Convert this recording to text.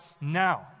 now